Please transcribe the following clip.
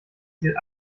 ziel